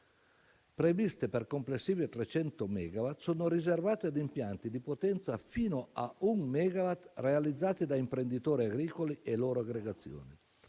previste per complessivi 300 megawatt sono riservate ad impianti di potenza fino a un megawatt realizzati da imprenditori agricoli e loro aggregazioni;